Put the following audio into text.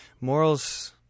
morals